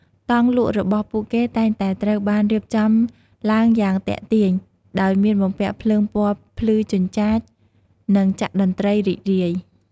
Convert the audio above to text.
តង់លក់របស់ពួកគេតែងតែត្រូវបានរៀបចំឡើងយ៉ាងទាក់ទាញ ដោយមានបំពាក់ភ្លើងពណ៌ភ្លឺចិញ្ចាច និងចាក់តន្ត្រីរីករាយ។